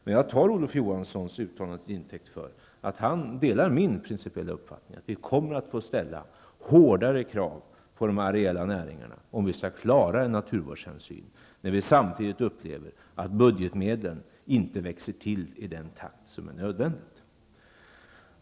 Jag tar dock Olof Johanssons uttalande till intäkt för att han delar min principiella uppfattning att vi kommer att få ställa hårdare krav på de areella näringarna, om vi skall klara naturvårdshänsynen i ett läge där vi samtidigt upplever att budgetmedlen inte växer till i den takt som är nödvändig.